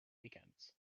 weekends